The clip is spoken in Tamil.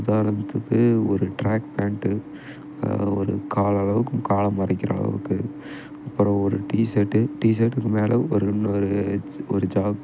உதாரணத்துக்கு ஒரு ட்ராக் பேண்ட்டு ஒரு கால் அளவுக்கு காலை மறைக்கிற அளவுக்கு அப்புறம் ஒரு டி ஷர்ட்டு டி ஷர்ட்டுக்கு மேலே ஒரு இன்னோரு ஒரு ஜாக்கெட்